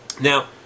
Now